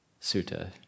sutta